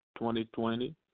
2020